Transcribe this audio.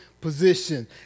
position